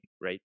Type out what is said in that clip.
right